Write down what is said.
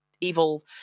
evil